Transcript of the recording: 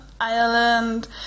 Ireland